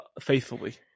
faithfully